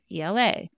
ELA